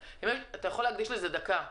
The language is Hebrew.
אתה יכול להקדיש לזה דקה,